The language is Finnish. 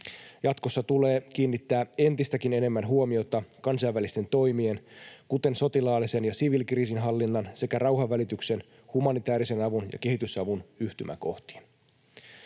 Jatkossa tulee kiinnittää entistäkin enemmän huomiota kansainvälisten toimien, kuten sotilaallisen ja siviilikriisinhallinnan sekä rauhanvälityksen, humanitaarisen avun ja kehitysavun, yhtymäkohtiin.